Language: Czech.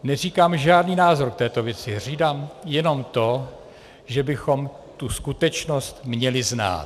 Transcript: Neříkám žádný názor k této věci, říkám jenom to, že bychom tu skutečnost měli znát.